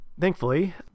thankfully